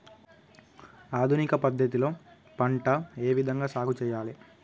ఆధునిక పద్ధతి లో పంట ఏ విధంగా సాగు చేయాలి?